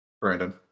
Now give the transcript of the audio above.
Brandon